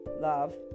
love